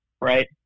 right